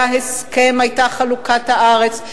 היה הסכם, היתה חלוקת הארץ.